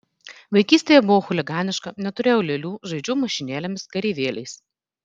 vaikystėje buvau chuliganiška neturėjau lėlių žaidžiau mašinėlėmis kareivėliais